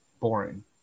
boring